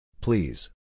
Please